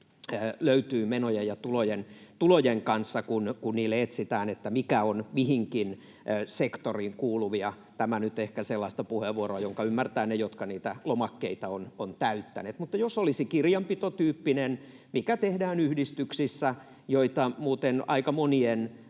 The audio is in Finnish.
löytyy menojen ja tulojen kanssa, kun niille etsitään sitä, mitkä ovat mihinkin sektoriin kuuluvia. — Tämä on nyt ehkä sellainen puheenvuoro, jonka ymmärtävät ne, jotka niitä lomakkeita ovat täyttäneet. — Mutta jos olisi kirjanpitotyyppinen, mikä tehdään yhdistyksissä, joita muuten aika monien